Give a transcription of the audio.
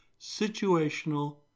situational